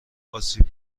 آسیب